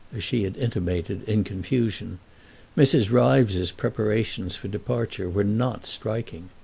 as she had intimated, in confusion mrs. ryves's preparations for departure were not striking.